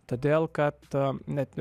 todėl kad net